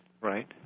Right